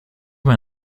man